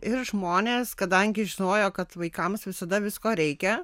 ir žmonės kadangi žinojo kad vaikams visada visko reikia